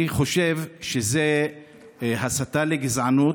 אני חושב שזה הסתה לגזענות,